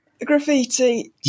Graffiti